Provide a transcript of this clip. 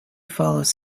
follows